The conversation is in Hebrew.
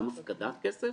גם הפקדת כסף,